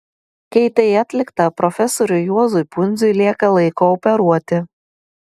kai tai atlikta profesoriui juozui pundziui lieka laiko operuoti